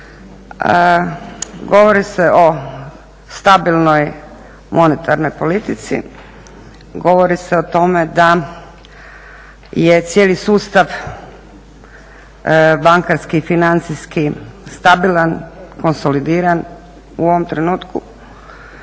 govori se o stabilnoj monetarnoj politici, govori se o tome da je cijeli sustav bankarski i financijski stabilan, konsolidiran u ovom trenutku